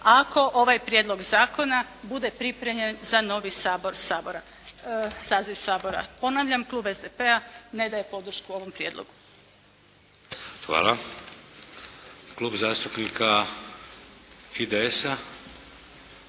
ako ovaj prijedlog zakona bude pripremljen za novi saziv Sabora. Ponavljam, klub SDP-a ne daje podršku ovom prijedlogu. **Šeks, Vladimir (HDZ)**